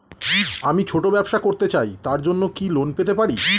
আমি ছোট ব্যবসা করতে চাই তার জন্য কি লোন পেতে পারি?